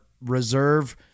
reserve